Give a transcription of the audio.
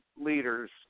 leaders